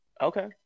Okay